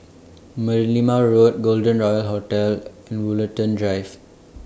Merlimau Road Golden Royal Hotel and Woollerton Drive